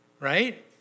Right